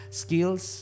skills